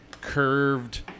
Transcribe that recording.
curved